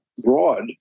broad